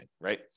right